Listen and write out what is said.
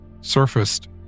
surfaced